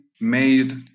made